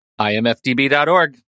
IMFDB.org